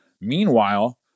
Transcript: Meanwhile